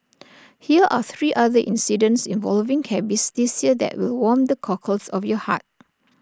hear are three other incidents involving cabbies this year that will warm the cockles of your heart